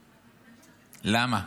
למה?